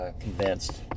convinced